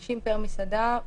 50 פר מסעדה בחוץ.